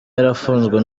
yarafunzwe